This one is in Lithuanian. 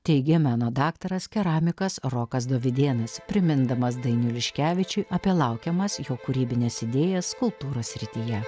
teigė meno daktaras keramikas rokas dovydėnas primindamas dainiui liškevičiui apie laukiamas jo kūrybines idėjas kultūros srityje